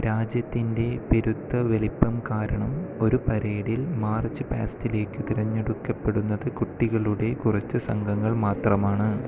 രാജ്യത്തിൻ്റെ പെരുത്ത വലിപ്പം കാരണം ഒരു പരേഡിൽ മാർച്ച് പാസ്റ്റിലേക്ക് തിരഞ്ഞെടുക്കപ്പെടുന്നത് കുട്ടികളുടെ കുറച്ച് സംഘങ്ങള് മാത്രമാണ്